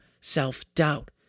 self-doubt